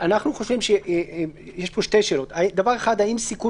אנחנו חושבים שיש פה שתי שאלות: האם סיכון